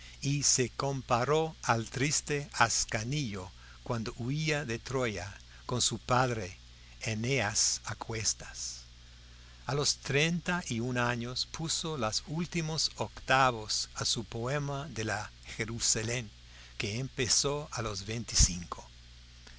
y se comparó al triste ascanio cuando huía de troya con su padre eneas a cuestas a los treinta y un años puso las últimas octavas a su poema de la jerusalén que empezó a los veinticinco de diez años